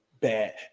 bad